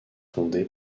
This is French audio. fondé